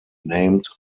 named